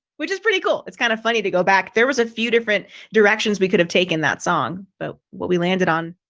which is pretty cool. it's kind of funny to go back, there was a few different directions. we could have taken that song, but what we landed on,